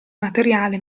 materiale